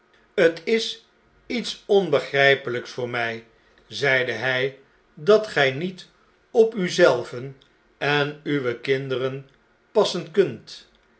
t is iets onbegrjjpelps voor mij zeide hij dat gjj niet op u zelven en uwe kinderen passen kunt